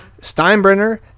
Steinbrenner